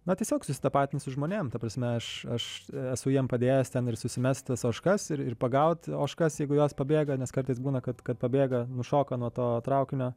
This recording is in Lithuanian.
na tiesiog susitapatini su žmonėm ta prasme aš esu jiem padėjęs ten ir susimest tas ožkas ir ir pagauti ožkas jeigu jos pabėga nes kartais būna kad kad pabėga nušoka nuo to traukinio